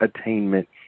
attainment